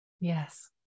Yes